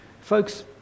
folks